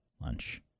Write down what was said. lunch